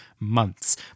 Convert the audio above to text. months